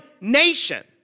nation